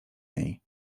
niej